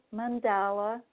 mandala